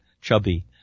Chubby